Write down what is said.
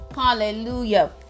Hallelujah